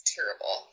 Terrible